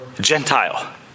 Gentile